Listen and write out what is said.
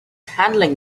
handling